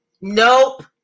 nope